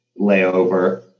layover